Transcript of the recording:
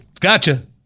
gotcha